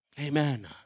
amen